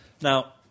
Now